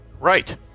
right